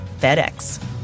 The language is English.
FedEx